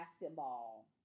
basketball